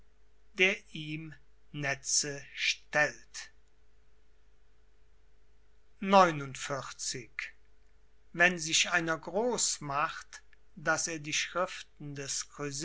der ihm netze stellt seid thäter des worts xlix wenn sich einer groß macht daß er die schriften des